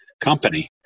company